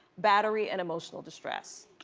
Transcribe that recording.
battery and emotional distress.